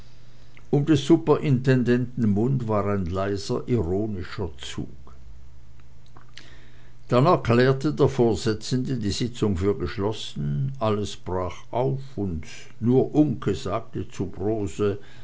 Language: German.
um des superintendenten mund war ein leiser ironischer zug dann erklärte der vorsitzende die sitzung für geschlossen alles brach auf und nur uncke sagte zu brose